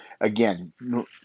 again